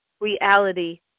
reality